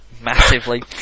massively